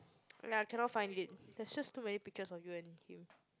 ya cannot find it there's just too many pictures of you and him